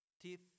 Teeth